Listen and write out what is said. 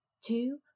two